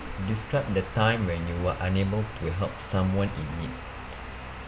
describe a time when you were unable to help someone in need